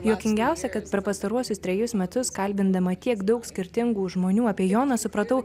juokingiausia kad per pastaruosius trejus metus kalbindama tiek daug skirtingų žmonių apie joną supratau